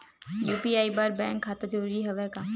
UPI बर bank खाता जरूरी हवय का?